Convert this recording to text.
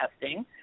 testing